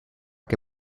que